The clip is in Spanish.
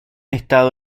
estado